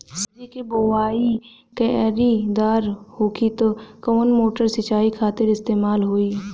सब्जी के बोवाई क्यारी दार होखि त कवन मोटर सिंचाई खातिर इस्तेमाल होई?